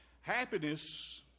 Happiness